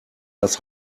das